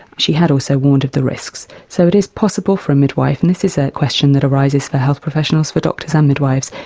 she had also warned of the risks. so it is possible for a midwife, and this is a question that arises for health professionals, for doctors and midwifes,